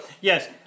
yes